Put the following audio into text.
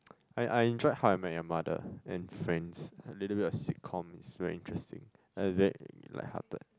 I I enjoyed How I Met Your Mother and Friends a little bit of sitcom is very interesting very lighthearted